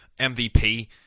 MVP